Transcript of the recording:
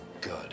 good